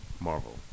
Marvel